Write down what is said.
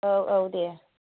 औ औ दे